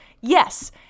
yes